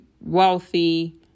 wealthy